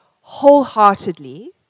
wholeheartedly